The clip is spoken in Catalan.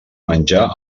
menjar